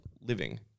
living